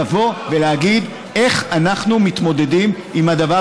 לבוא ולהגיד איך אנחנו מתמודדים עם הדבר